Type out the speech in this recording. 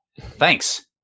Thanks